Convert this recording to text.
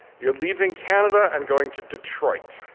you're leaving canada and going to detroit.